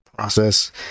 Process